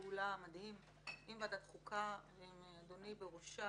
עם ועדת חוקה, עם אדוני בראשה,